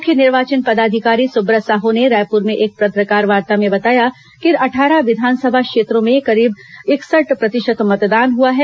मुख्य निर्वाचन पदाधिकारी सुब्रत साहू ने रायपुर में एक पत्रकारवार्ता में बताया कि इन अट्ठारह विधानसभा क्षेत्रों में औसतन इकसठ प्रतिशत मतदान हुआ है